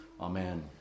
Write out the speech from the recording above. Amen